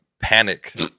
panic